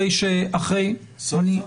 סוף-סוף.